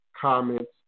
comments